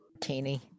Teeny